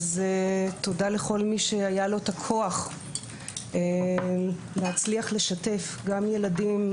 תודה לכל מי שהיה לו את הכוח להצליח לשתף גם ילדים,